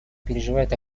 переживает